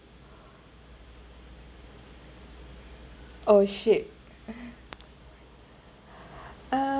oh shit uh